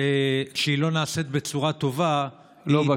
כשהיא לא נעשית בצורה טובה היא תירוץ,